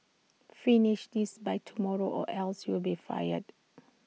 finish this by tomorrow or else you'll be fired